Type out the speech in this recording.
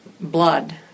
blood